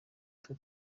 twe